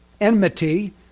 enmity